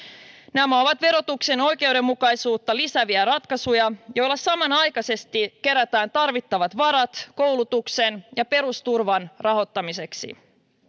nämä ovat verotuksen oikeudenmukaisuutta lisääviä ratkaisuja joilla samanaikaisesti kerätään tarvittavat varat koulutuksen ja perusturvan rahoittamiseksi